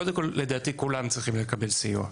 קודם כול, לדעתי, כולם צריכים לקבל סיוע.